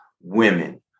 women